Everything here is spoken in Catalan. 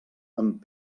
amb